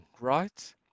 right